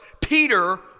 Peter